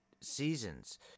seasons